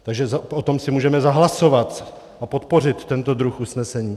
Takže o tom si můžeme zahlasovat a podpořit tento druh usnesení.